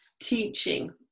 teaching